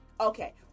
Okay